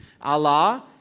Allah